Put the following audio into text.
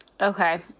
Okay